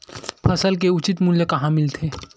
फसल के उचित मूल्य कहां मिलथे?